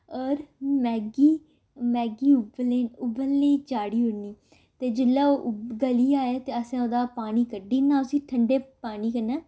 होर Maggi Maggi उब्बलने उब्बलने गी चाढ़ी ओड़नी ते जेल्लै ओह् गली जाए ते असें ओह्दा पानी कड्डी ओड़ना उसी ठंडे पानी कन्नै